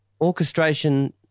orchestration